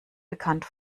bekannt